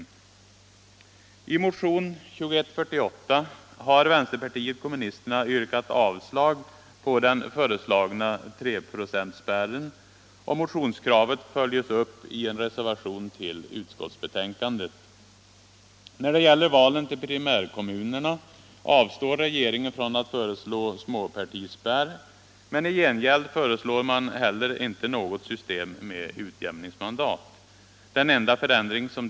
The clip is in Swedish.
När det gäller valen till primärkommunerna avstår regeringen från att — Nr 95 föreslå småpartispärr, men i gengäld föreslås heller inte något system Torsdagen den med utjämningsmandat. Den enda förändring som där föreslås är ändrade 29 maj 1975 regler för kretsindelning.